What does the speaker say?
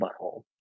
butthole